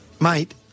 Mate